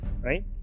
right